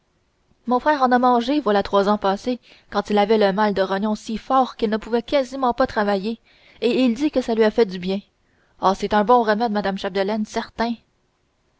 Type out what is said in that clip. mon frère en a mangé voilà trois ans passés quand il avait le mal de rognons si fort qu'il ne pouvait quasiment pas travailler et il dit que ça lui a fait du bien oh c'est un bon remède madame chapdelaine certain